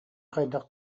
хайдах